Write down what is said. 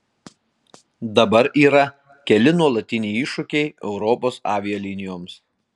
dabar yra keli nuolatiniai iššūkiai europos avialinijoms